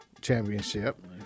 championship